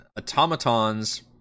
automatons